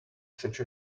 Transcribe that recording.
such